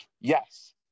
Yes